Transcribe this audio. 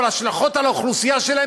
אבל ההשלכות על האוכלוסייה שלהם,